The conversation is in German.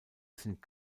sind